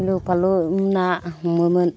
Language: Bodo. गिलु फालु ना हमोमोन